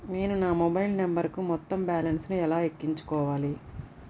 నేను నా మొబైల్ నంబరుకు మొత్తం బాలన్స్ ను ఎలా ఎక్కించుకోవాలి?